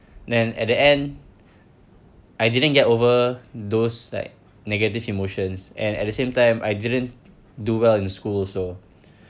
then at the end I didn't get over those like negative emotions and at the same time I didn't do well in school also